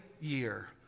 year